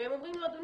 אומרים לו: אדוני,